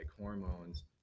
hormones